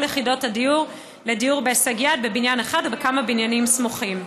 יחידות הדיור לדיור בהישג יד בבניין אחד או בכמה בניינים סמוכים.